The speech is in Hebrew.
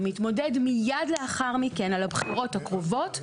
ומתמודד מיד לאחר מכן על הבחירות הקרובות,